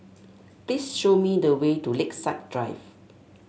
please show me the way to Lakeside Drive